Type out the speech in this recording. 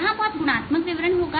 यहां बहुत गुणात्मक विवरण होगा